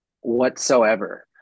whatsoever